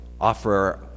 Offer